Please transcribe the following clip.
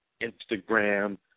Instagram